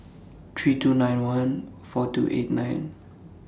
three two nine one four two eight nine